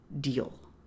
deal